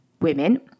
women